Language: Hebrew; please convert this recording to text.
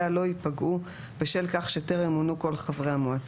ייפגעו בשל כך שטרם מונו כל חברי המועצה,